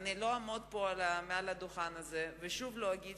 אני לא אעמוד על הדוכן הזה ושוב אגיד